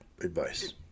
advice